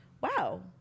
wow